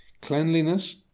Cleanliness